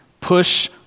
Push